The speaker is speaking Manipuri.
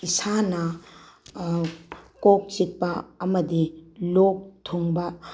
ꯏꯁꯥꯅ ꯀꯣꯛ ꯆꯤꯛꯄ ꯑꯃꯗꯤ ꯂꯣꯛ ꯊꯨꯡꯕ